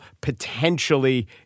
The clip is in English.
potentially